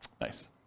Nice